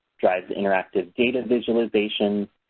drives interactive data visualization,